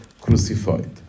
crucified